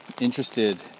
Interested